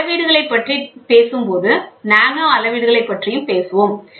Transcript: அளவீடுகளை பற்றி பேசும் போது நானோ அளவீடுகளை பற்றியும் பேசுவோம்